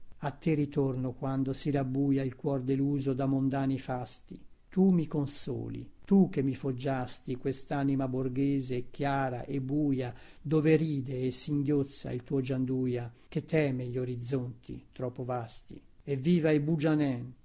te ritorno quando si rabbuia il cuor deluso da mondani fasti tu mi consoli tu che mi foggiasti questanima borghese e chiara e buia dove ride e singhiozza il tuo gianduia che teme gli orizzonti troppo vasti eviva i